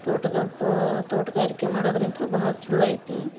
ತೋಟಕಂತೂ ತೋಟಗಾರಿಕೆ ಮಾಡದ್ರಿಂತರು ಭಾಳ ಚಲೋ ಐತಿ